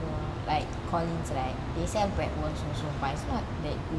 like collin's right they sell but worst also but it's not that good